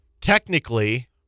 Technically